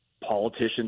politicians